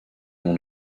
non